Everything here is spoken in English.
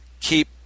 keep